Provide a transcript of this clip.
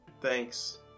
Thanks